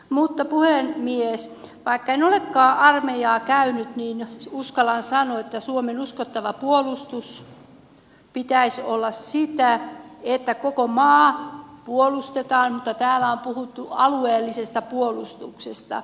mutta puhemies vaikka en olekaan armeijaa käynyt niin uskallan sanoa että suomen uskottavan puolustuksen pitäisi olla sitä että koko maata puolustetaan mutta täällä on puhuttu alueellisesta puolustuksesta